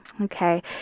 Okay